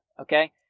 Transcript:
okay